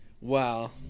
Wow